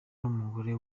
n’umugore